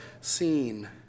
seen